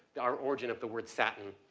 the or, origin of the word satin.